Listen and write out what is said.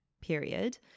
period